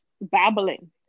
babbling